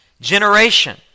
generation